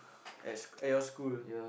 at school at your school